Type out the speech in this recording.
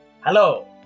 Hello